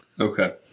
Okay